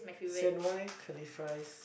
C_N_Y curly fries